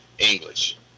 english